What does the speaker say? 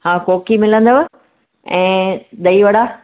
हा कोकी मिलंदव ऐं ॾही वड़ा